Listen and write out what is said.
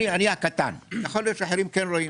אני הקטן, יכול להיות שאחרים כן רואים